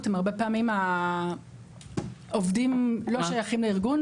הם הרבה פעמים העובדים לא שייכים לארגון.